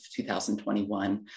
2021